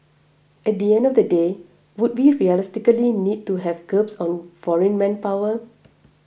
at the end of the day would we realistically need to have curbs on foreign manpower